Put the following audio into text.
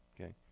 Okay